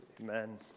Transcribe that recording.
Amen